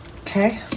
Okay